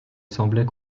semblaient